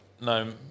No